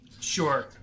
Sure